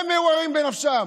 הם מעורערים בנפשם.